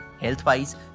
Health-wise